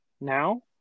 now